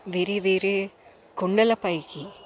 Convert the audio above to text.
వేరే వేరే కొండల పైకి